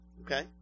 Okay